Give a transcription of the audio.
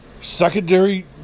secondary